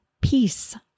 peace